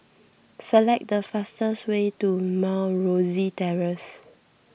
select the fastest way to Mount Rosie Terrace